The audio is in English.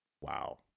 Wow